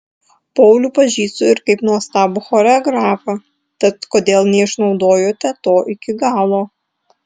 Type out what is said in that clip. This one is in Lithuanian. paulių pažįstu ir kaip nuostabų choreografą tad kodėl neišnaudojote to iki galo